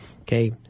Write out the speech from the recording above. okay